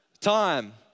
time